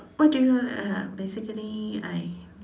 what do you uh basically I